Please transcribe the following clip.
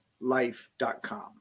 life.com